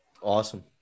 Awesome